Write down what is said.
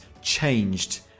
changed